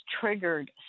triggered